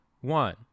one